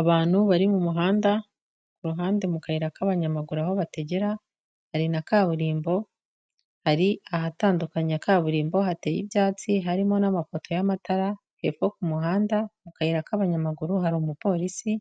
Abantu bari mu muhanda, ku ruhande mu kayira k'abanyamaguru aho bategera, hari na kaburimbo, hari ahatandukanye kaburimbo hateye ibyatsi harimo n'amapoto y'amatara, hepfo ku muhanda mu kayira k'abanyamaguru hari umupolisi,